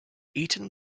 eton